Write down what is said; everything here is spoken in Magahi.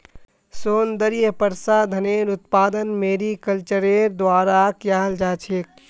सौन्दर्य प्रसाधनेर उत्पादन मैरीकल्चरेर द्वारा कियाल जा छेक